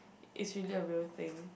it's really a real thing